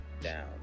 down